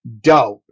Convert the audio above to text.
doubt